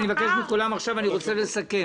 אני מבקש מכולם, עכשיו אני רוצה לסכם.